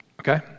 okay